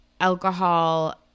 alcohol